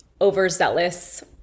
overzealous